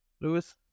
Lewis